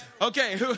Okay